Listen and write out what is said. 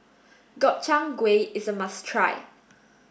Gobchang Gui is a must try